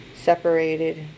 separated